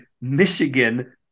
Michigan